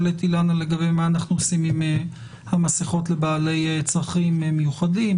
אילנה לגבי מה אנחנו עושים עם המסכות לבעלי צרכים מיוחדים,